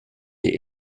die